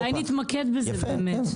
אולי נתמקד בזה באמת.